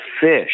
fish